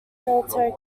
military